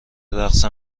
رقص